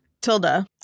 Tilda